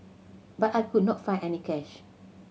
but I could not find any cash